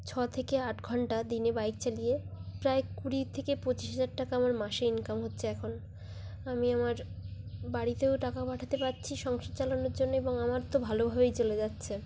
ছ থেকে আট ঘণ্টা দিনে বাইক চালিয়ে প্রায় কুড়ি থেকে পঁচিশ হাজার টাকা আমার মাসে ইনকাম হচ্ছে এখন আমি আমার বাড়িতেও টাকা পাঠাতে পারছি সংসার চালানোর জন্যে এবং আমার তো ভালোভাবেই চলে যাচ্ছে